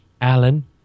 Alan